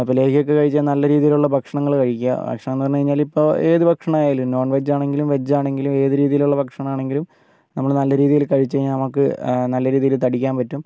അപ്പോൾ ലേഹ്യം ഒക്കെ കഴിച്ചാൽ നല്ല രീതിയിലുള്ള ഭക്ഷണങ്ങൾ കഴിക്കാൻ ഭക്ഷണംന്നു പറഞ്ഞു കഴിഞ്ഞാൽ ഇപ്പം ഏത് ഭക്ഷണമായാലും നോൺ വെജ്ജ് ആണെങ്കിലും വെജ്ജാണെങ്കിലും ഏത് രീതിയിലുള്ള ഭക്ഷണാണെങ്കിലും നമ്മൾ നല്ല രീതിയിൽ കഴിച്ചു കഴിഞ്ഞാൽ നമുക്ക് നല്ല രീതിയിൽ തടിക്കാൻ പറ്റും